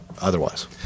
otherwise